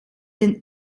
den